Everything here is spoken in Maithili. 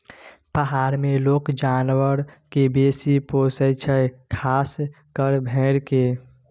पहार मे लोक जानबर केँ बेसी पोसय छै खास कय भेड़ा केँ